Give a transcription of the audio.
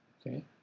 okay